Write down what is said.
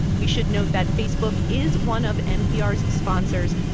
we should note that facebook is one of npr's sponsors.